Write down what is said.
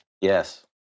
Yes